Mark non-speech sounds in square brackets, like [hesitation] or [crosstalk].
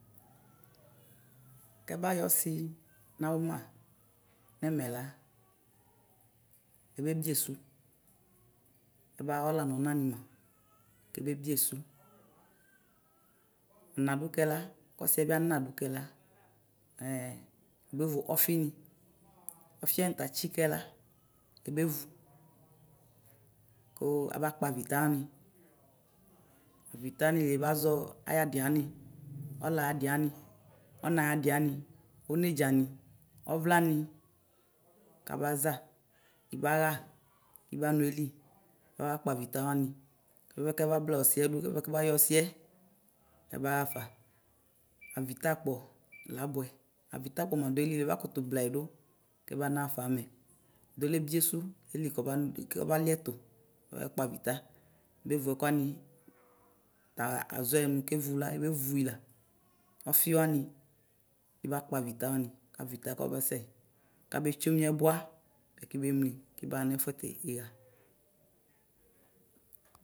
Kɛbayɔ ɔsi, nʋ awʋ ma nɛmɛ la kebebiesʋ, ɛbaɣa ɔla nʋ anɔni ma kebebiesʋ; nadʋkɛ la kʋ ɔsiɛbi ana dʋ kɛla [hesitation] ebevʋ ɔfini ɔfiwani tɛ atsikɛ la ɛbe vʋ, ʋ abakpɔ avitɛni avitɛnili ɛbazɔ ayi adiwani ɔla ayiadiwani ɔna ayi adiwani ɔnedzani ɔvlani kabaza ibaɣa kibanʋ alɛli abakpɔ avita wani bʋapɛ kɛbabla ɔsiɛdʋ ɛbayɔ ɔsiɛ ɛbaɣaƒa avitakpɔ la bʋɛ avita ɔmadʋ ayili ɛbakʋtʋ blayidʋ kɛbana ɣafa amɛ edole biesʋ kɔba liɛtʋ ɛkpavita ɛbevʋ ɛkʋ wani ta azɔɛnʋ kevʋ la ɛbevʋila ɔfiwani kibakpɔ avita wani kavitawani kɔ masɛ kabetsʋe mi ɛbʋa mɛ kibemli kibanʋ ɛfʋɛtɛ ɛɣa.